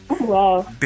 wow